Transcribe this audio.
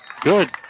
good